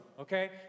Okay